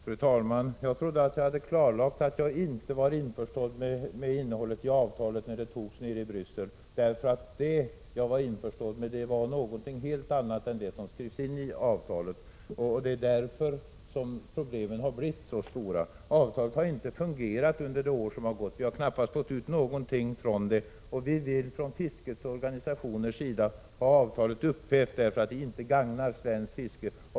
Fru talman! Jag trodde att jag hade klarlagt att jag inte var införstådd med innehållet i avtalet när det slöts nere i Bryssel. Jag var införstådd med någonting helt annat än det som skrevs in i avtalet. Det är därför som problemen har blivit så stora. Avtalet har inte fungerat under de år som har gått, och vi har knappast fått ut någonting från det. Vi vill från fiskeorganisa tionernas sida ha avtalet upphävt därför att det inte gagnar svenskt fiske.